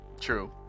True